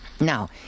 Now